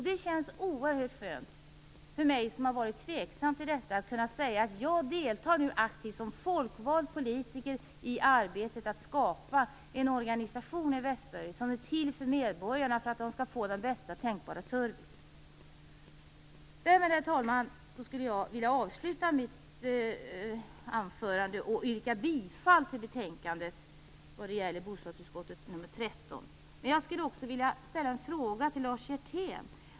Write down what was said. Det känns oerhört skönt för mig som har varit tveksam till detta att kunna säga att jag nu deltar aktivt som folkvald politiker i arbetet med att skapa en organisation i Västsverige som är till för medborgarna, och för att medborgarna skall få bästa tänkbara service. Därmed, herr talman, skulle jag vilja avsluta mitt anförande och yrka bifall till hemställan i betänkandet, bostadsutskottets betänkande 13. Men jag skulle också vilja ställa en fråga till Lars Hjertén.